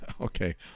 Okay